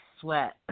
sweat